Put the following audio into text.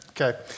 Okay